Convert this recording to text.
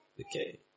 Okay